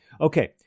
Okay